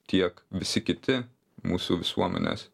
tiek visi kiti mūsų visuomenės